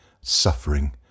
suffering